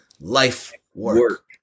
life-work